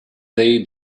they